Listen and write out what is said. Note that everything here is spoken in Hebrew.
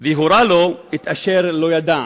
והורה לו את אשר לא ידע.